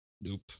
Nope